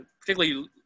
particularly